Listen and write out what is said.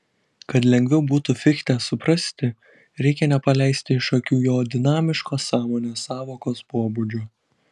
kad lengviau būtų fichtę suprasti reikia nepaleisti iš akių jo dinamiško sąmonės sąvokos pobūdžio